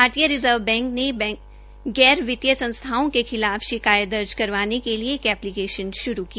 भारतीय reserve bank ने बैंको और गैर वितीय संस्थाओं के खिलाफ शिकायतें दर्ज करवाने के लिये ऐप्लीकेशन शरू की